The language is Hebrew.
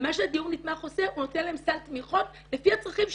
ומה שהדיור נתמך עושה הוא נותן להם סל תמיכות לפי הצרכים שלהם,